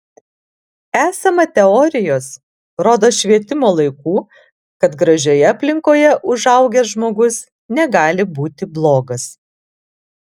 esama teorijos rodos švietimo laikų kad gražioje aplinkoje užaugęs žmogus negali būti blogas